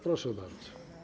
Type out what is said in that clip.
Proszę bardzo.